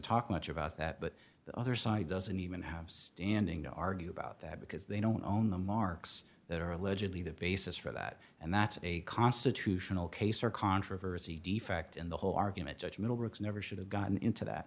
talk much about that but the other side doesn't even have standing to argue about that because they don't own the marks that are allegedly the basis for that and that's a constitutional case or controversy the fact in the whole argument judge middlebrooks never should have gotten into that